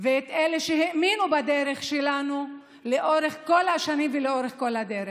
ואת אלה שהאמינו בדרך שלנו לאורך כל השנים ולאורך כל הדרך.